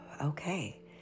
Okay